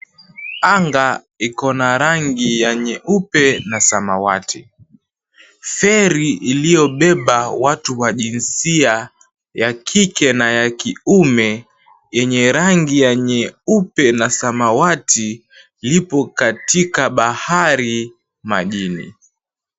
Anga ikona rangi ya nyeupe na samawati. ferry iliyobeba watu wa jinsia ya kike na ya kiume yenye rangi ya nyeupe na samawati lipo katika bahari majini.